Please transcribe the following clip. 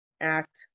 act